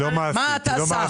מה אתה שח?